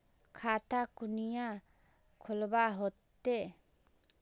खाता कुनियाँ खोलवा होते?